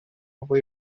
pobl